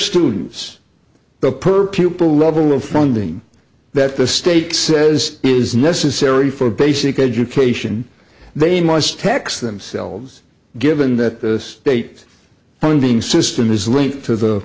students the per pupil level of funding that the state says is necessary for basic education they must tax themselves given that this state funding system is linked to the